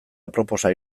aproposa